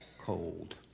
Cold